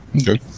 Okay